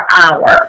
hour